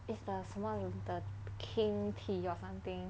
is the 什么 with the king tea or something